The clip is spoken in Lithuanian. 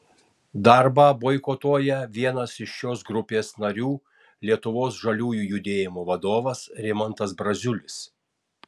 darbą boikotuoja vienas iš šios grupės narių lietuvos žaliųjų judėjimo vadovas rimantas braziulis